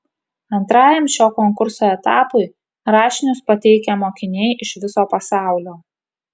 antrajam šio konkurso etapui rašinius pateikia mokiniai iš viso pasaulio